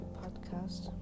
podcast